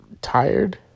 tired